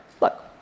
look